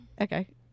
Okay